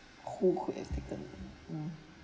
who could have beaten mm